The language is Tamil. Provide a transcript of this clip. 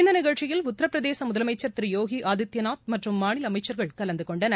இந்த நிகழ்ச்சியில் உத்தரப்பிரதேச முதலமைச்சர் திரு போகி ஆதித்யநாத் மற்றும் மாநில அமைச்சர்கள் கலந்து கொண்டனர்